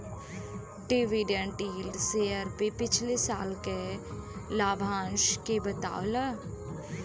dividend yield share पे पिछले साल के लाभांश के बतावला